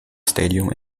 stadium